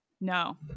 no